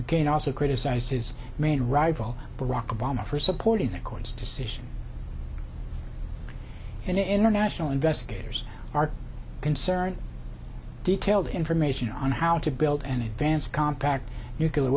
again also criticised his main rival barack obama for supporting the court's decision in international investigators are concerned detailed information on how to build an advanced compact nuclear